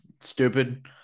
stupid